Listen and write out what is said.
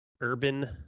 Urban